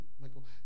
Michael